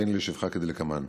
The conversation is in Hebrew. הריני להשיבך כדלקמן: